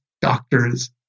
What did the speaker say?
doctors